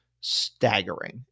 staggering